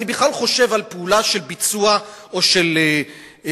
אני בכלל חושב על פעולה של ביצוע או של פעולת